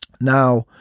Now